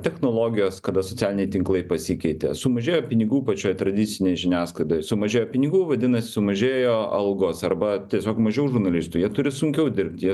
technologijos kada socialiniai tinklai pasikeitė sumažėjo pinigų pačioj tradicinėj žiniasklaidoj sumažėjo pinigų vadinasi sumažėjo algos arba tiesiog mažiau žurnalistų jie turi sunkiau dirbti jie